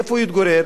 איפה הוא יתגורר?